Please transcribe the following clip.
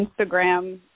Instagram